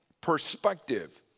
perspective